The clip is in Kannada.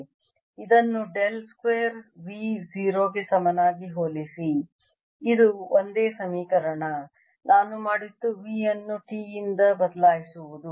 ಇದನ್ನು ಡೆಲ್ ಸ್ಕ್ವೇರ್ V 0 ಗೆ ಸಮನಾಗಿ ಹೋಲಿಸಿ ಇದು ಒಂದೇ ಸಮೀಕರಣ ನಾನು ಮಾಡಿದ್ದು V ಅನ್ನು T ಯಿಂದ ಬದಲಾಯಿಸುವುದು